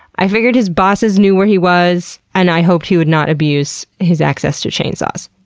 i figured his bosses knew where he was, and i hoped he would not abuse his access to chainsaws.